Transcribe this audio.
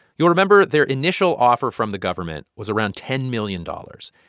you'll remember their initial offer from the government was around ten million dollars.